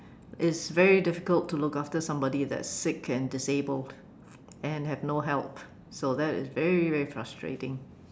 it's very difficult to look after somebody that's sick and disabled and have no help so there is very very frustrating